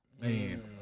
man